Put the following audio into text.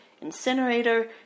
incinerator